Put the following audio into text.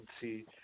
see